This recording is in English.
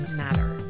matter